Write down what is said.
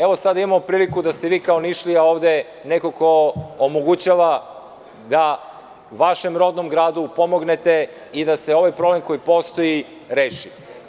Evo sada imamo priliku da ste vi kao Nišlija ovde neko ko omogućava da vašem rodnom gradu pomognete i da se ovaj problem koji postoji reši.